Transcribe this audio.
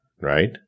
right